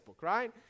right